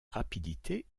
rapidité